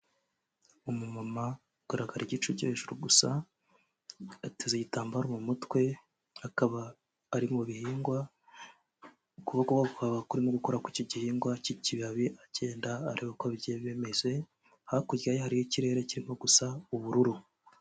Umumama ugaragara igice cyo hejuru gusa, ateza igitambaro mu mutwe, akaba ari mu bihingwa, ukuboko kwe kukaba kurimo gukora kuri icyo gihingwa cy'ikibabi agenda areba uko bigiye bimeze. Hakurya ye hariyo ikirere kirimo gusa ubururu.